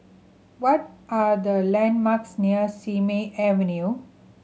what are the landmarks near Simei Avenue